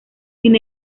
sin